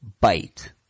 bite